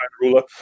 ruler